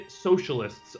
Socialists